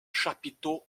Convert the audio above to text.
chapiteaux